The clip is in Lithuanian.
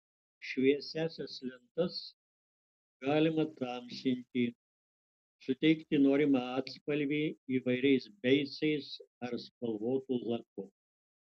šviesiąsias lentas galima tamsinti suteikti norimą atspalvį įvairiais beicais ar spalvotu laku